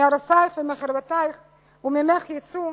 מהרסייך ומחריבייך וממך יצאו,